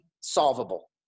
solvable